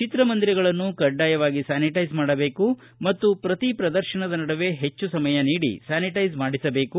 ಚಿಕ್ರಮಂದಿರಗಳನ್ನು ಕಡ್ಡಾಯವಾಗಿ ಸ್ಥಾನಿಟೈಸ್ ಮಾಡಬೇಕು ಮತ್ತು ಪ್ರತಿ ಪ್ರದರ್ತನದ ನಡುವೆ ಹೆಚ್ಚು ಸಮಯ ನೀಡಿ ಸ್ಥಾನಿಟೈಸ್ ಮಾಡಿಸಬೇಕು